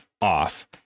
off